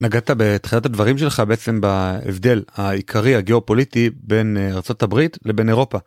נגעת בתחילת הדברים שלך בעצם בהבדל העיקרי הגיאופוליטי בין ארה״ב לבין אירופה.